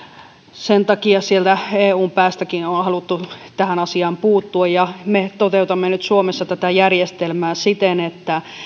sen takia sieltä eun päästäkin on on haluttu tähän asiaan puuttua me toteutamme nyt suomessa tätä järjestelmää siten että